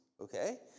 Okay